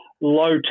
low